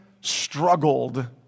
struggled